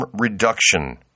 Reduction